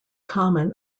common